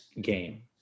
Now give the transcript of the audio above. game